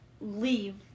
leave